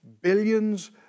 Billions